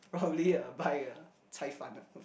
probably uh buy a cai fan